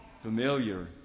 familiar